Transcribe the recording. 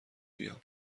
بیام